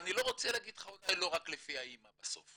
ואני לא רוצה להגיד לך אולי לא רק לפי האמא בסוף,